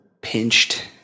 pinched